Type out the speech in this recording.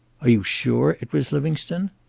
are you sure it was livingstone?